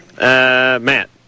Matt